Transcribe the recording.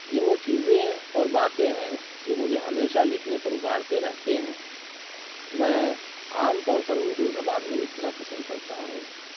یہ وہ چیزیں اور باتیں ہیں جو مجھے ہمیشہ لکھنے پر ابھارتے رہتے ہیں میں عام طور پر اردو زبان میں لکھنا پسند کرتا ہوں